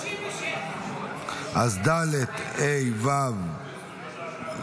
37. אז ד', ה', ו' הוסרו.